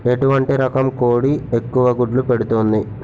ఎటువంటి రకం కోడి ఎక్కువ గుడ్లు పెడుతోంది?